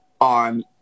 on